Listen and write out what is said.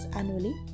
annually